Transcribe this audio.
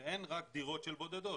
שאין רק דירות של בודדות,